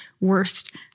worst